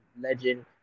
legend